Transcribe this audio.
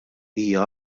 hija